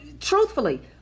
truthfully